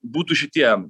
būtų šitie